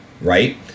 right